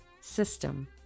system